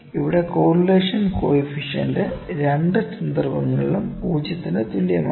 ഇവിടെ correlation coefficient രണ്ട് സന്ദർഭങ്ങളിലും 0 ന് തുല്യമാണ്